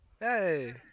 Hey